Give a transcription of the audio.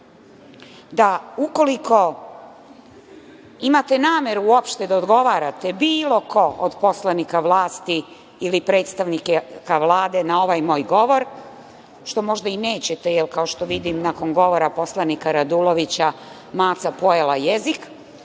da, ukoliko imate nameru uopšte da odgovarate, bilo ko od poslanika vlasti ili predstavnika Vlade na ovaj moj govor, što možda i nećete, jer kao što vidim, nakon govora poslanika Radulovića maca pojela jezik,